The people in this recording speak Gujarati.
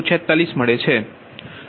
946 મળશે